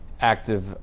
active